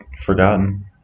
forgotten